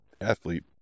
athlete